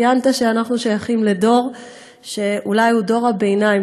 ציינת שאנחנו שייכים לדור שאולי הוא דור הביניים,